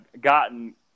gotten